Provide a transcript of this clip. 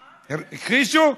הכחישו?